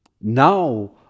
now